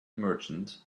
merchants